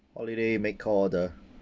holiday make call order